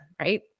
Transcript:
Right